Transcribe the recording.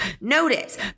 Notice